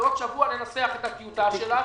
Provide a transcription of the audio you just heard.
ועוד שבוע לנסח את הטיוטה שלה,